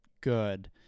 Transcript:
good